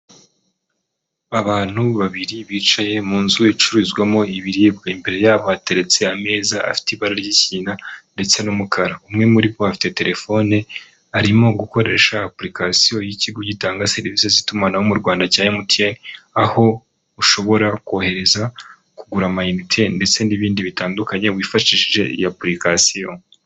Abantu babiri bicaye mu nzu icuruzwamo ibiribwa, imbere yabo hateretse ameza afite ibara ry'ikigina ndetse n'umukara, umwe muri bo afite telefone arimo gukoresha apurikasiyo y'ikigo gitanga serivi z'itumanaho mu Rwanda cya Emutiyene, aho ushobora kohereza, kugura amayinite ndetse n'ibindi bitandukanye wifashishije iyo apurikasiyo.